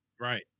Right